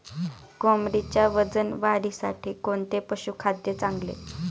कोंबडीच्या वजन वाढीसाठी कोणते पशुखाद्य चांगले?